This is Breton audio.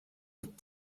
out